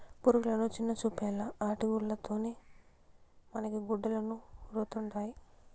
పురుగులని చిన్నచూపేలా ఆటి గూల్ల తోనే మనకి గుడ్డలమరుతండాయి